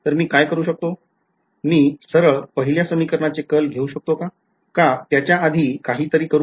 तर मी काय करू शकतो मी सरळ पहिल्या समीकरणचे कर्ल घेऊ का त्याच्या आधी काहीतरी करू